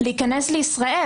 להיכנס לישראל?